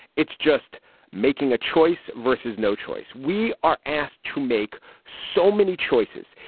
it's just making a choice versus no choice. we are asked to make so many choices.